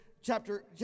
chapter